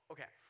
Okay